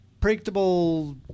predictable